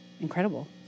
incredible